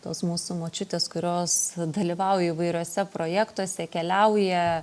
tos mūsų močiutės kurios dalyvauja įvairiuose projektuose keliauja